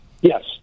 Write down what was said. yes